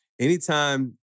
anytime